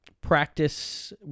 practice